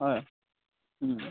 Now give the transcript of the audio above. হয়